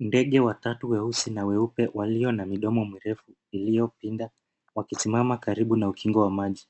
Ndege watatu weusi na weupe walio na midomo mirefu iliyopinda, wakisimama karibu na ukingo wa maji.